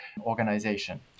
organization